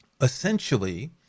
Essentially